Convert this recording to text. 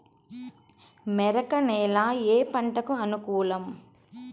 మెరక నేల ఏ పంటకు అనుకూలం?